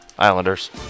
Islanders